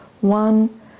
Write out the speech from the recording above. one